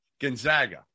Gonzaga